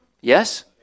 Yes